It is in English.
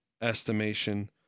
estimation